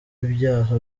ibyaha